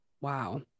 Wow